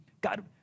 God